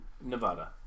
Nevada